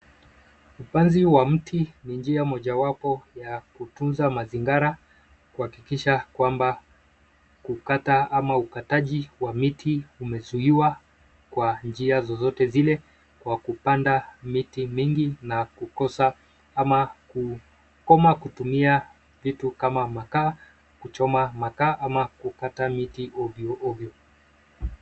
Upanzi wa mti ni njia mojawapo ya kutunza mazingara kuhakikisha kwamba kukata au ukataji wa miti umezuiwa kwa njia zozote zile, kwa kupanda miti mingi na kukosa ama kukoma kutumia vitu kama makaa, kuchoma makaa ama kukata miti ovyoovyo.